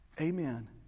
Amen